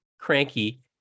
cranky